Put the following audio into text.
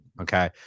Okay